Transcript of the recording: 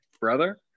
brother